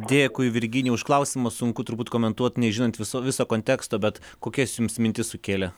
dėkui virginijau už klausimą sunku turbūt komentuot nežinant viso viso konteksto bet kokias jums mintis sukėlė